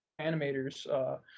animators